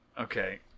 Okay